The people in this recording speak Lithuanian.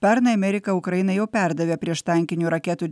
pernai amerika ukrainai jau perdavė prieštankinių raketų